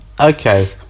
Okay